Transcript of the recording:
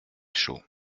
chauds